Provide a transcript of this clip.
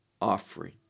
offering